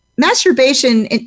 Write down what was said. masturbation